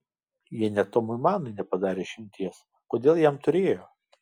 jie net tomui manui nepadarė išimties kodėl jam turėjo